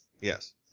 Yes